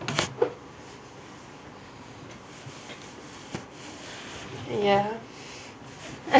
ya